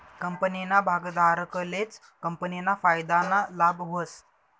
कंपनीना भागधारकलेच कंपनीना फायदाना लाभ व्हस